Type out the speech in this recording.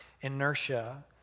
inertia